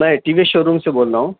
میں T V S showroom سے بول رہا ہوں